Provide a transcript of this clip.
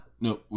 No